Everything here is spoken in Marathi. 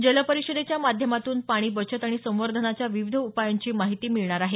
जल परिषदेच्या माध्यमातून पाणी बचत आणि संवर्धनाच्या विविध उपायांची माहिती मिळणार आहे